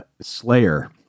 Slayer